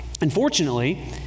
Unfortunately